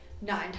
nine